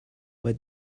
but